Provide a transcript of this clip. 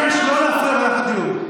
אני מבקש לא להפריע למהלך הדיון.